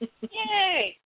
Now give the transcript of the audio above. Yay